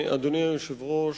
אדוני היושב-ראש,